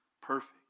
perfect